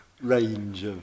range